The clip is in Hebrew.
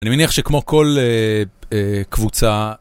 אני מניח שכמו כל קבוצה...